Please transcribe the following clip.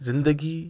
زندگی